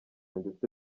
ndetse